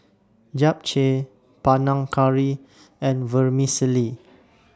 Japchae Panang Curry and Vermicelli